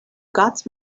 got